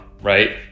right